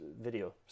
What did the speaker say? video